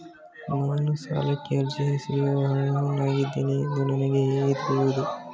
ನಾನು ಸಾಲಕ್ಕೆ ಅರ್ಜಿ ಸಲ್ಲಿಸಲು ಅರ್ಹನಾಗಿದ್ದೇನೆ ಎಂದು ನನಗೆ ಹೇಗೆ ತಿಳಿಯುವುದು?